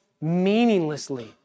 meaninglessly